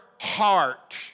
heart